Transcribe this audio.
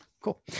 Cool